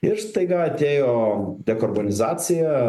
ir staiga atėjo dekarbonizacija